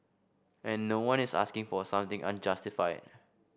and no one is asking for something unjustified